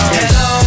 Hello